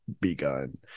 begun